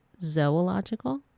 zoological